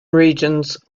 regions